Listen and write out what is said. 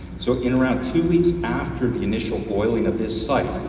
so in around two weeks after the initial oiling of this site,